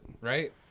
Right